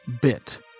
bit